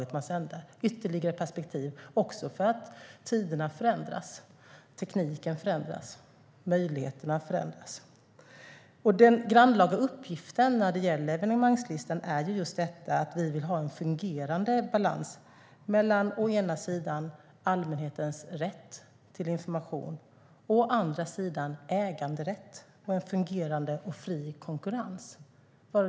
Det kan komma ytterligare perspektiv, också för att tiderna, tekniken och möjligheterna förändras. Den grannlaga uppgiften när det gäller evenemangslistan är just att vi vill ha en fungerande balans mellan å ena sidan allmänhetens rätt till information och å andra sidan äganderätt och en fungerande och fri konkurrens.